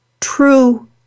true